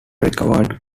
recovered